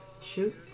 Shoot